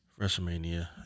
WrestleMania